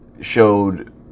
showed